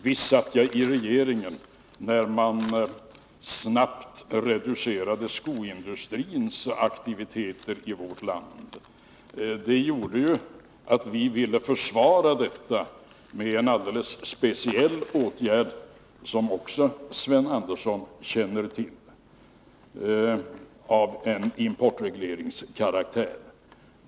Visst satt jag i regeringen, Sven Andersson, när skoindustrins aktiviteter i vårt land snabbt reducerades. Det gjorde ju att vi ville försvara denna industri med en alldeles speciell åtgärd — som också Sven Andersson känner till—- av importregleringskaraktär.